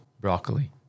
Broccoli